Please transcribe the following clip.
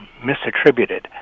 misattributed